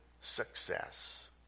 success